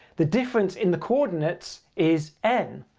the difference in the coordinates is n.